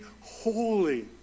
holy